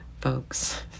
folks